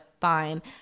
fine